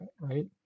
right